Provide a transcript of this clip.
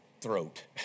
throat